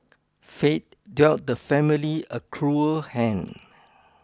fate dealt the family a cruel hand